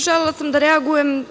Želela sam da reagujem.